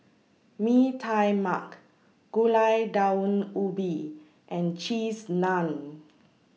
Mee Tai Mak Gulai Daun Ubi and Cheese Naan